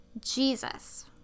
Jesus